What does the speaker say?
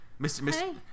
Mr